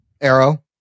Arrow